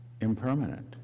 impermanent